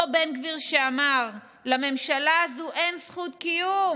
אותו בן גביר שאמר שלממשלה הזו אין זכות קיום,